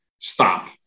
Stop